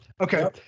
Okay